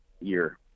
year